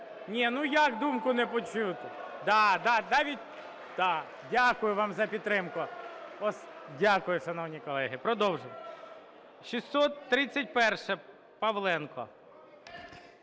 Ні, ну, як думку не почути? Да, да, дякую вам за підтримку. Дякую, шановні колеги. Продовжуємо. 631-а, Павленко.